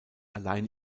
allein